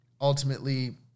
ultimately